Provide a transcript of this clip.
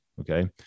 Okay